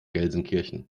gelsenkirchen